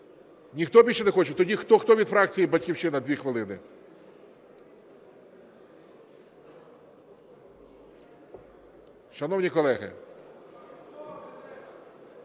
Ніхто більше не хоче. Тоді хто від фракції "Батьківщина"? 2 хвилини. Шановні колеги!